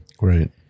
Right